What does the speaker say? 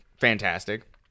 Fantastic